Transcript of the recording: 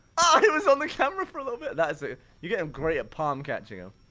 ah it was on the camera for a little bit! that is ah you're getting great at palm-catching them